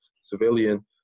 civilian